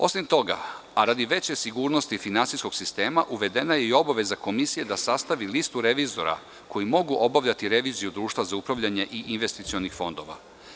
Osim toga, a radi veće sigurnosti finansijskog sistema uvedena je i obaveza komisije da sastavi listu revizora koji mogu obavljati reviziju društva za upravljanje i investicionih fondova.